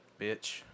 bitch